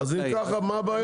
אז אם ככה מה הבעיה?